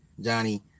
Johnny